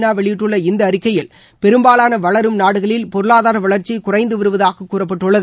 நர் வெளியிட்டுள்ள இந்த அழிக்கையில் பெரும்பாவான வளரும் நாடுகளில் பொருளாதார வளர்ச்சி குறைந்து வருவதாக கூறப்பட்டுள்ளது